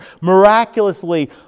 miraculously